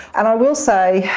and i will say,